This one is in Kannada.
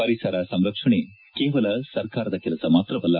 ಪರಿಸರ ಸಂರಕ್ಷಣೆ ಕೇವಲ ಸರ್ಕಾರದ ಕೆಲಸ ಮಾತ್ರವಲ್ಲ